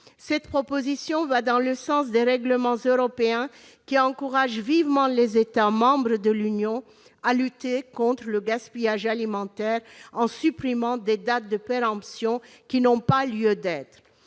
Cette proposition va dans le sens des règlements européens, qui encouragent vivement les États membres de l'Union européenne à lutter contre le gaspillage alimentaire, en supprimant des dates de péremption qui n'ont pas lieu d'être.